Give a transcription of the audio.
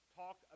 talk